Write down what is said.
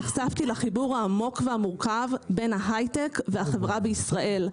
נחשפתי לחיבור העמוק והמורכב בין ההיי-טק והחברה בישראל,